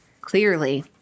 Clearly